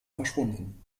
verschwunden